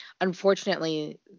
unfortunately